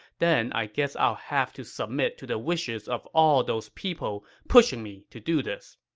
then i guess i'll have to submit to the wishes of all those people pushing me to do this.